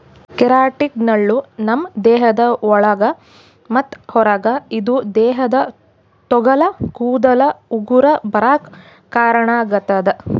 ಕೆರಾಟಿನ್ಗಳು ನಮ್ಮ್ ದೇಹದ ಒಳಗ ಮತ್ತ್ ಹೊರಗ ಇದ್ದು ದೇಹದ ತೊಗಲ ಕೂದಲ ಉಗುರ ಬರಾಕ್ ಕಾರಣಾಗತದ